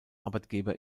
arbeitgeber